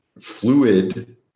fluid